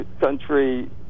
country